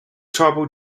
tribal